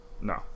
no